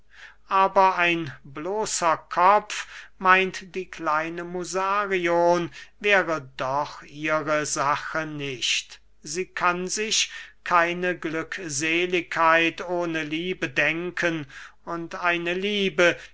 aber ein bloßer kopf meint die kleine musarion wäre doch ihre sache nicht sie kann sich keine glückseligkeit ohne liebe denken und eine liebe